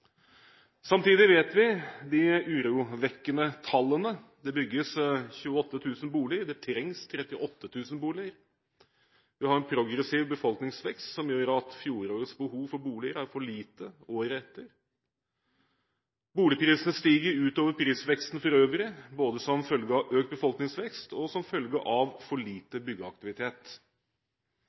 Samtidig vet vi de urovekkende tallene. Det bygges 28 000 boliger; det trengs 38 000 boliger. Vi har en progressiv befolkningsvekst som gjør at forrige års behov for boliger er for lite året etter. Boligprisene stiger utover prisveksten for øvrig, både som følge av økt befolkningsvekst, og som følge av for lite byggeaktivitet.